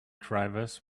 drivers